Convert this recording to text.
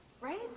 right